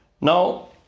Now